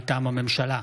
מטעם הממשלה: